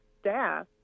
staff